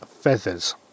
feathers